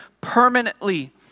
permanently